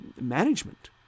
management